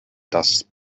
dass